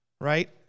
Right